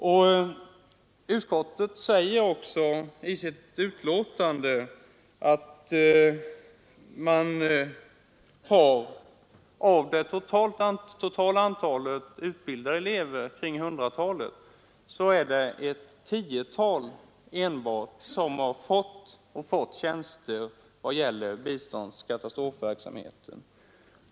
I sitt betänkande säger också utskottet att av det totala antalet hittills utbildade elever — omkring 100 — enbart ett tiotal fått tjänster som gäller biståndsoch katastrofverksamhet.